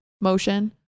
motion